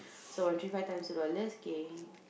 so one three five times two dollars kay